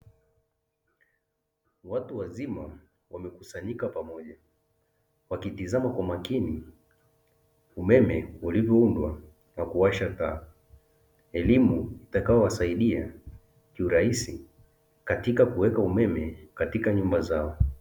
Watu wazima wamekusanyika pamoja, wakitizama kwa makini umeme ulivyoundwa kwa kuwasha taa, elimu itakayowasaidia kiurahisi katika kuweka umeme katika nyumba zao.